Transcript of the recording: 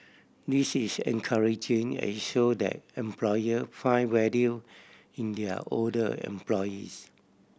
this is encouraging as it show that employer find value in their older employees